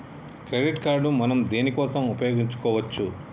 Credit card మనం దేనికోసం ఉపయోగించుకోవచ్చు?